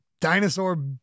dinosaur